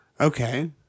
Okay